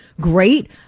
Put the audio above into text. great